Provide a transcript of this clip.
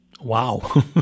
Wow